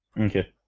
Okay